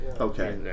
Okay